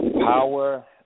Power